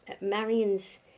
Marion's